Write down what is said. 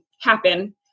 happen